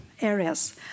areas